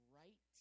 right